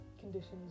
conditions